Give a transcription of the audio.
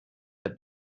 der